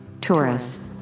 Taurus